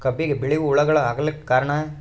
ಕಬ್ಬಿಗ ಬಿಳಿವು ಹುಳಾಗಳು ಆಗಲಕ್ಕ ಕಾರಣ?